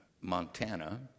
Montana